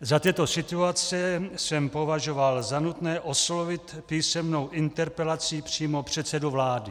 Za této situace jsem považoval za nutné oslovit písemnou interpelací přímo předsedu vlády.